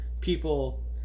people